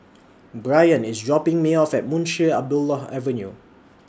Bryan IS dropping Me off At Munshi Abdullah Avenue